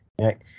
right